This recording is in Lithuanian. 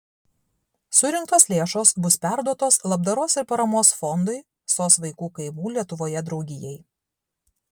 surinktos lėšos bus perduotos labdaros ir paramos fondui sos vaikų kaimų lietuvoje draugijai